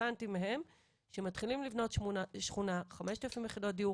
הבנתי מהם שמתחילים לבנות שכונה של 5,000 יחידות דיור